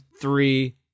three